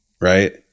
Right